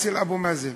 אצל אבו מאזן,